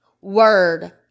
word